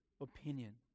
opinion